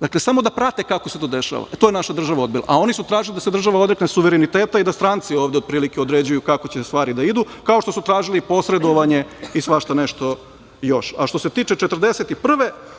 Dakle, samo da prate kako se to dešava. E, to je naša država odbila, a oni su tražili da se država odrekne suvereniteta i da stranci ovde otprilike određuju kako će stvari da idu, kao što su tražili posredovanje i svašta nešto još. Što se tiče 1941.